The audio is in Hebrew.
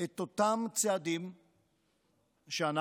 את אותם צעדים שאנחנו